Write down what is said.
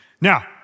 Now